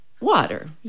water